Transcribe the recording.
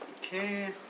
Okay